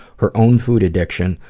her own food addiction,